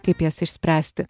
kaip jas išspręsti